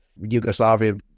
Yugoslavia